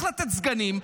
לא צריך לתת סגנים,